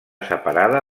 separada